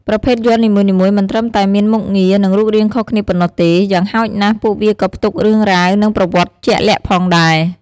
ប្រភេទយ័ន្តនីមួយៗមិនត្រឹមតែមានមុខងារ និងរូបរាងខុសគ្នាប៉ុណ្ណោះទេ យ៉ាងហោចណាស់ ពួកវាក៏ផ្ទុករឿងរ៉ាវ និងប្រវត្តិជាក់លាក់ផងដែរ ។